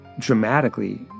dramatically